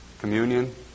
communion